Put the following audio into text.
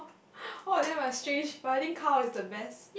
all of them are strange but I think cow is the best